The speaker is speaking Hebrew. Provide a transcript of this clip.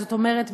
זאת אומרת,